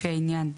לפי העניין,